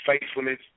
faithfulness